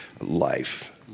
life